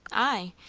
i?